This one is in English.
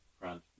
Grant